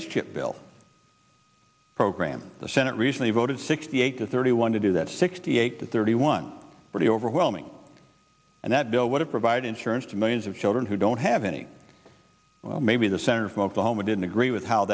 the s chip bill program the senate recently voted sixty eight to thirty one to do that sixty eight to thirty one pretty overwhelming and that bill would have provide insurance to millions of children who don't have any maybe the senator from oklahoma didn't agree with how